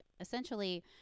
essentially